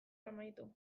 amaitu